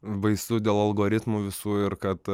baisu dėl algoritmų visų ir kad